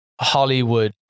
Hollywood